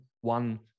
one